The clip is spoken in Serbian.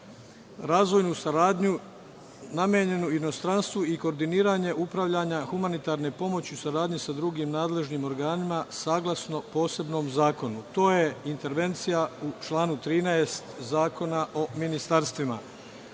razvojnu saradnju namenjenu inostranstvu i koordiniranje upravljanja humanitarne pomoći, u saradnji sa drugim nadležnim organima, saglasno posebnom zakonu. To je intervencija u članu 13. Zakona o ministarstvima.Za